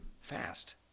fast